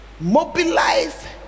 Mobilize